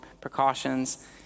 precautions